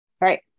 right